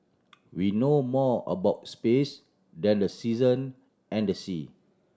we know more about space than the season and sea